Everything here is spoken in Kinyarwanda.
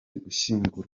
gushyingura